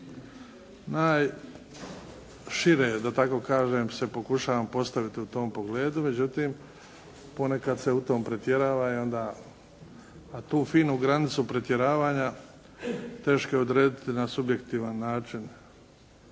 Najšire, da tako kažem se pokušavati postaviti u tom pogledu, međutim ponekad se u tom pretjerava i onda, a tu finu granicu pretjeravanja teško je odrediti na subjektivan način.